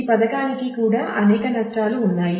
ఈ పథకానికి కూడా అనేక నష్టాలు ఉన్నాయి